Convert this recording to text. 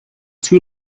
too